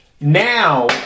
Now